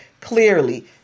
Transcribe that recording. Clearly